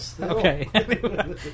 Okay